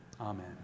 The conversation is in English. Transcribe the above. Amen